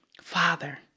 Father